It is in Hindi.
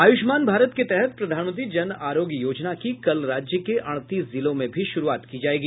आयुष्मान भारत के तहत प्रधानमंत्री जन आरोग्य योजना की कल राज्य के अड़तीस जिलों में भी शुरूआत की जायेगी